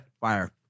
Fire